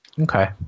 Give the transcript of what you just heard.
Okay